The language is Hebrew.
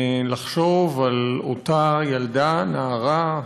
לחשוב על אותה ילדה, נערה,